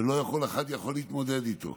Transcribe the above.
ולא כל אחד יכול להתמודד איתו.